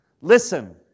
Listen